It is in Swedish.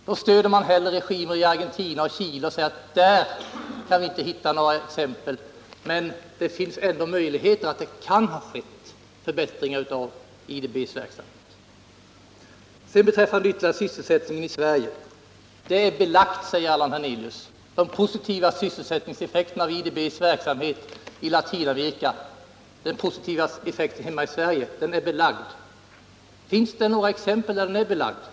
Då stöder man hellre regimer i Argentina och Chile och säger att man inte kan hitta några exempel, men det kan ändå ha skett förbättringar. Beträffande sysselsättningen i Sverige säger Allan Hernelius att det är belagt att IDB:s verksamhet i Latinamerika också har positiva sysselsättningseffekter i Sverige. Visa då några exempel!